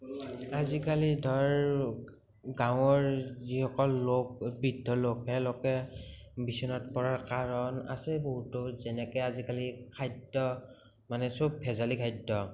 আজিকালি ধৰ গাঁৱৰ যিসকল লোক বৃদ্ধ লোক সেইলোকে বিচনাত পৰা কাৰণ আছে বহুতো যেনেকে আজিকালি খাদ্য মানে সব ভেজালী খাদ্য